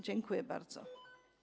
Dziękuję bardzo.